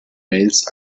mails